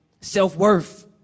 Self-worth